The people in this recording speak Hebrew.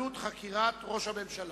עלות חקירת ראש הממשלה.